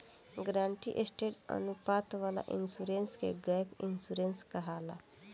guaranteed asset अनुपात वाला insurance के गैप इंश्योरेंस कहाला